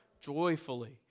Joyfully